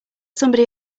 somebody